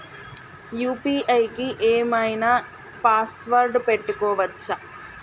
UPI కి ఏం ఐనా పాస్వర్డ్ పెట్టుకోవచ్చా?